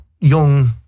young